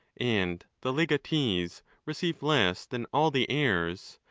and the legatees receive less than all the heirs,